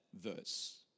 verse